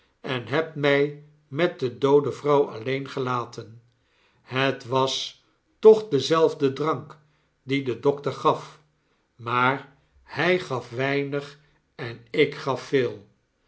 en hebt my met de doode vrouw alleen gelaten het was toch dezelfde drank dien de dokter gaf maar hij gaf weinig en ik gaf veel